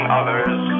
others